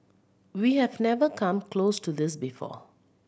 we have never come close to this before